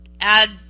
add